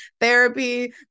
Therapy